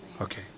Okay